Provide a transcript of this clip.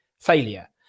failure